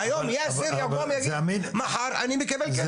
שהיום יאסר יבוא מחר אני מקבל כסף.